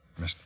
Mr